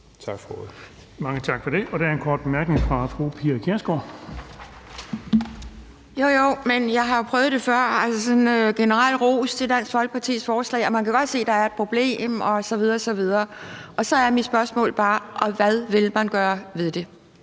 tak for det.